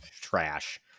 trash